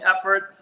effort